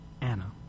Anna